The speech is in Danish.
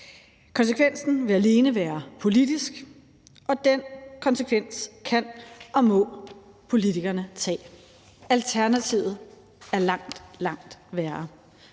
Konsekvensen vil alene være politisk, og den konsekvens kan og må politikerne tage. Alternativet er langt, langt værre.